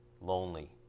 lonely